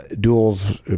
duels